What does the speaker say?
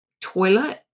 toilet